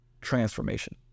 transformation